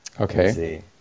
Okay